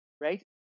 right